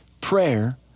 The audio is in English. Prayer